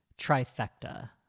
trifecta